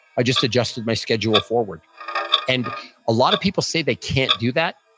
i just adjusted my schedule forward and a lot of people say they can't do that.